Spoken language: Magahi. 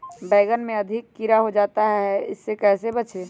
बैंगन में अधिक कीड़ा हो जाता हैं इससे कैसे बचे?